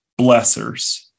blessers